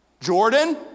Jordan